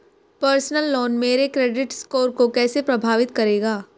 Personal loan मेरे credit score को कैसे प्रभावित करेगा?